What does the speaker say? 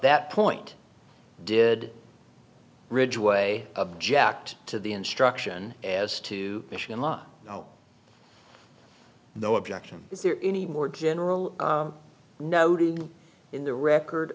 that point did ridgway object to the instruction as to michigan law no objection is there any more general noting in the record